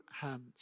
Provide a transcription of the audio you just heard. hands